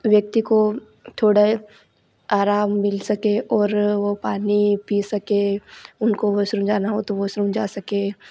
व्यक्ति को थोड़ा ए आराम मिल सके और वह पानी पी सके उनको वह समझाना हो तो वह समझा सके